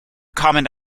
common